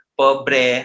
pobre